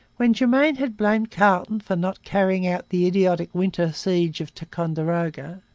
when germain had blamed carleton for not carrying out the idiotic winter siege of ticonderoga,